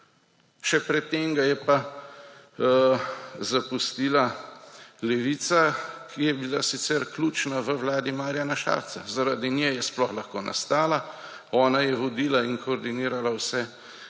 Še pred tem ga je pa zapustila Levica, ki je bila sicer ključna v vladi Marjana Šarca. Zaradi nje je sploh lahko nastala, ona je vodila in koordinirala vse.